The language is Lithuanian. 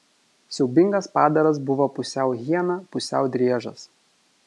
siaubingas padaras buvo pusiau hiena pusiau driežas